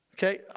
Okay